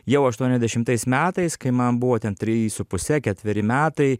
jau aštuoniasdešimtais metais kai man buvo ten treji su puse ketveri metai